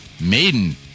Maiden